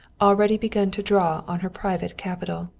already begun to draw on her private capital.